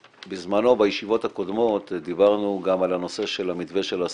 בזמנו בישיבות הקודמות דיברנו גם על הנושא של המתווה של הסנקציות,